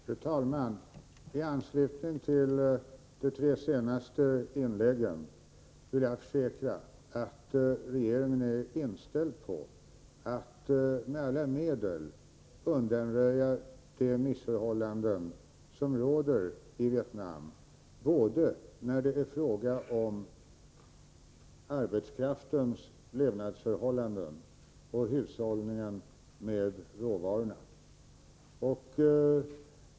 Fru talman! I anslutning till de tre senaste inläggen vill jag försäkra att regeringen är inställd på att med alla medel undanröja de missförhållanden som råder i Vietnam både när det gäller arbetskraftens levnadsvillkor och när det gäller hushållningen med råvarorna.